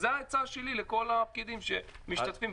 זו העצה שלי לכל הפקידים שמשתתפים.